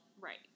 Right